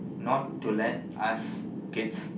not to let us kids